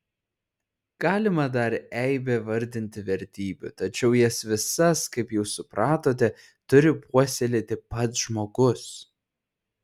galima dar eibę vardinti vertybių tačiau jas visas kaip jau supratote turi puoselėti pats žmogus